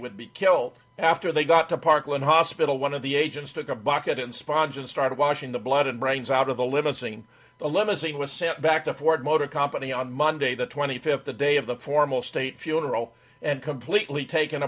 would be killed after they got to parkland hospital one of the agents took a bucket and spawns and started washing the blood and brains out of the limousine the limousine was sent back to ford motor company on monday the twenty fifth the day of the formal state funeral and completely taken